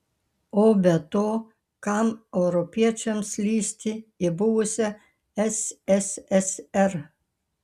o be to kam europiečiams lįsti į buvusią sssr